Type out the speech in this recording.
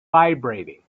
vibrating